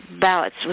ballots